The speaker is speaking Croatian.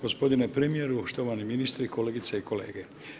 Gospodine premjeru, štovani, ministre, kolegice i kolege.